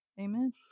Amen